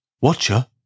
Watcher